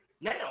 now